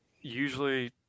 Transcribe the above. usually